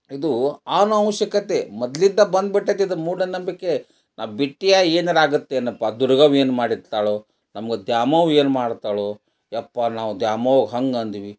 ಇದು ಅನಾವಶ್ಯಕತೆ ಮೊದ್ಲಿಂದ ಬಂದು ಬಿಟ್ಟೈತಿ ಇದು ಮೂಢನಂಬಿಕೆ ಆ ಬಿಟ್ಟಿಯ ಏನಾರೂ ಆಗುತ್ತೇನಪ್ಪ ದುರ್ಗವ್ವ ಏನು ಮಾಡಿರ್ತಾಳೋ ನಮ್ಮ ದ್ಯಾಮವ್ವ ಏನು ಮಾಡ್ತಾಳೋ ಯಪ್ಪಾ ನಾವು ದ್ಯಾಮವ್ವ ಹಂಗೆ ಅಂದ್ವಿ